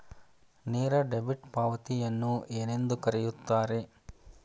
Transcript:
ನೇರ ಡೆಬಿಟ್ ಪಾವತಿಯನ್ನು ಏನೆಂದು ಕರೆಯುತ್ತಾರೆ?